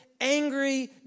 angry